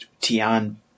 Tian